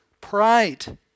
pride